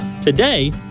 Today